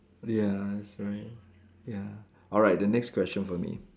ya that's right ya alright the next question for me